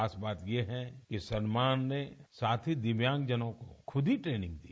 खास बात ये है कि सलमान ने साथी दिव्यांगजनों को खुद ही ट्रेनिंग दी